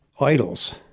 idols